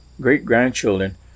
great-grandchildren